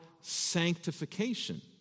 sanctification